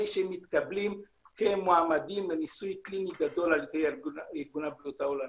שהם מתקבלים כמועמדים לניסוי קליני גדול על ידי ארגון הבריאות העולמי.